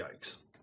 Yikes